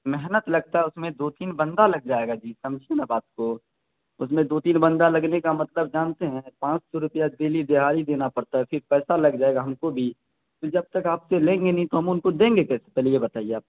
محنت لگتا ہے اس میں دو تین بندہ لگ جائے گا جی سمجھیے نا بات کو اس میں دو تین بندہ لگنے کا مطلب جانتے ہیں پانچ سو روپیہ ڈیلی دیہاڑی دینا پڑتا ہے پھر پیسہ لگ جائے گا ہم کو بھی پھر جب تک آپ سے لیں گے نہیں تو ہم ان کو دیں گے کیسے پہلے یہ بتائیے آپ